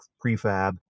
Prefab